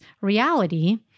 reality